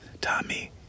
Tommy